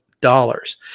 dollars